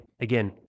again